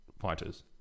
fighters